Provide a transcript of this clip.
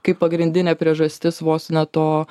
kaip pagrindinė priežastis vos ne to